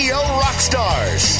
Rockstars